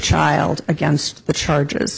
child against the charge